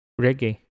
reggae